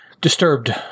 disturbed